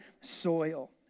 soil